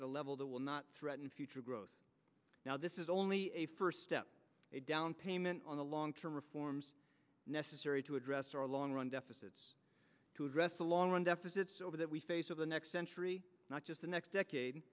at a level that will not threaten future growth now this is only a first step a down payment on the long term reforms necessary to address our long run deficits to address the long run deficits over that we face of the next century not just the next decade